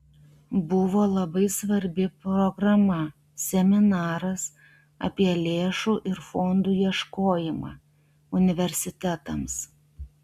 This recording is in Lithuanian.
buvo labai svarbi programa seminaras apie lėšų ir fondų ieškojimą universitetams